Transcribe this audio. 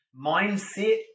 mindset